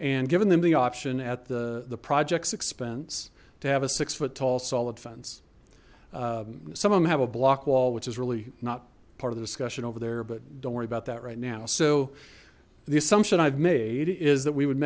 and given them the option at the the project's expense to have a six foot tall solid fence some of them have a block wall which is really not part of the discussion over there but don't worry about that right now so the assumption i've made is that we would